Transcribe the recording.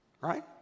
Right